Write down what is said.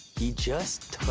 he just